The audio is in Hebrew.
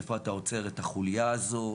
איפה אתה עוצר את החוליה הזו,